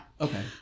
okay